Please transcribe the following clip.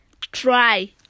try